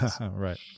Right